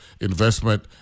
investment